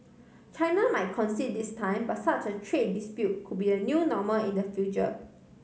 China might concede this time but such a trade dispute could be the new normal in the future